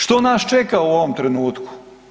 Što nas čeka u ovom trenutku?